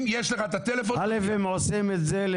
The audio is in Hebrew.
אם יש לך את מספר הטלפון, תודיע.